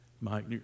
Mike